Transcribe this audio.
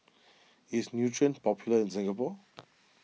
is Nutren popular in Singapore